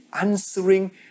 answering